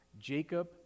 Jacob